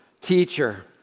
teacher